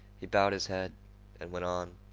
he bowed his head and went on,